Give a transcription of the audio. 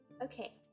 Okay